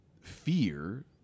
fear